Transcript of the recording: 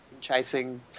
chasing